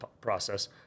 process